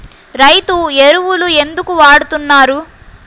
రైతు ఎరువులు ఎందుకు వాడుతున్నారు?